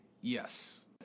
Yes